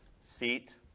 seat